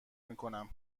میکنم